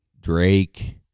Drake